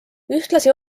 ühtlasi